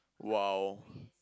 !wow!